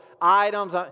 items